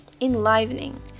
enlivening